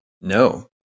No